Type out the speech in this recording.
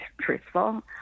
truthful